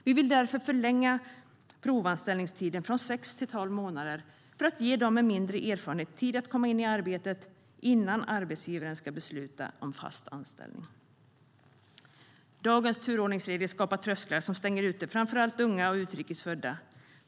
Vi vill därför förlänga provanställningstiden från sex till tolv månader för att ge dem med mindre erfarenhet tid att komma in i arbetet innan arbetsgivaren ska besluta om fast anställning. Dagens turordningsregler skapar trösklar som stänger ute framför allt unga och utrikes födda.